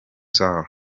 sall